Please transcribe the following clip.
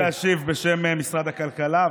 אני עולה להשיב בשם משרד הכלכלה,